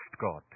God